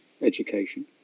education